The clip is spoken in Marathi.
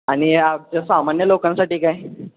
आणि आ सामान्य लोकांसाठी काय